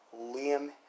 Liam